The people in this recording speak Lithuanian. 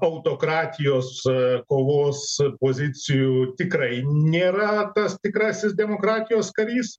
autokratijos kovos pozicijų tikrai nėra tas tikrasis demokratijos karys